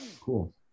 cool